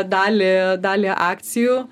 dalį dalį akcijų